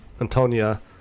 Antonia